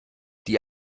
die